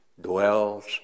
dwells